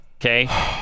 Okay